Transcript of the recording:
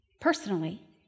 personally